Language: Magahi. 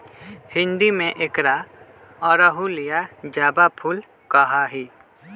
हिंदी में एकरा अड़हुल या जावा फुल कहा ही